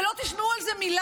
ולא תשמעו על זה מילה.